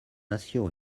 nació